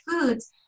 foods